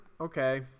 okay